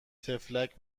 طفلک